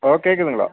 hello கேட்குதுங்களா